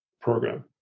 program